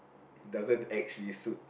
doesn't actually suit